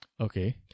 Okay